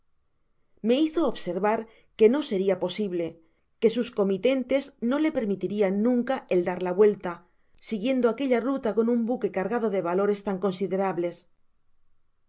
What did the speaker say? me hizo observar que no seria posible que sus comitentes no le permitirian nunca el dar la vuelta siguiendo aquella ruta con un buque cargado de valores tan considerables